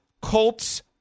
Colts